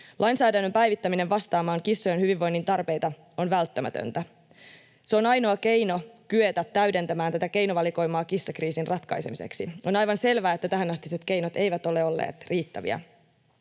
Lainsäädännön päivittäminen vastaamaan kissojen hyvinvoinnin tarpeita on välttämätöntä. Se on ainoa keino kyetä täydentämään tätä keinovalikoimaa kissakriisin ratkaisemiseksi. On aivan selvää, että tähänastiset keinot eivät ole olleet riittäviä.